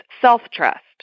self-trust